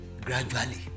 gradually